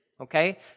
Okay